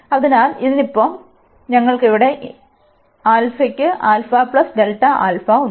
അതിനാൽ ഇതിനൊപ്പം ഞങ്ങക്ക് ഇവിടെ ക്ക് ഉണ്ട്